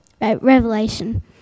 Revelation